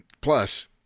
Plus